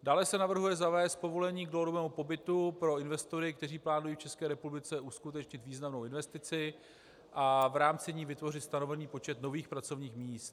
Dále se navrhuje zavést povolení k dlouhodobému pobytu pro investory, kteří plánují v České republice uskutečnit významnou investici a v rámci ní vytvořit stanovený počet nových pracovních míst.